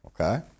okay